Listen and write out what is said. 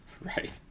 right